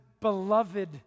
beloved